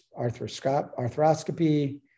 arthroscopy